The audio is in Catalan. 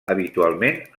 habitualment